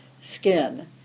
skin